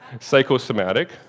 psychosomatic